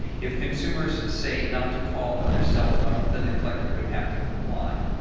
if consumers say not to call on their cell phone, then the collector would have to comply.